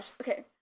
Okay